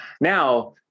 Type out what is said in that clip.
Now